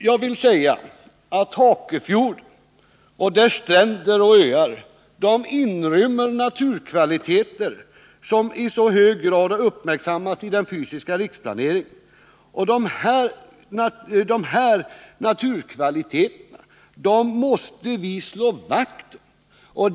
Jag vill säga att Hakefjorden och dess stränder och öar inrymmer naturkvaliteter — vilket i hög grad är uppmärksammat i den fysiska riksplaneringen — som vi måste slå vakt om.